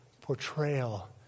portrayal